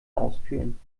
auskühlen